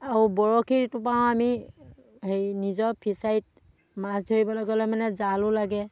আৰু বৰশীৰ টোপাওঁ আমি সেই নিজৰ ফিছাৰীত মাছ ধৰিবলৈ গ'লে মানে জালো লাগে